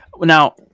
Now